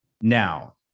now